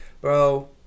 bro